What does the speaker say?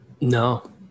No